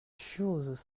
choses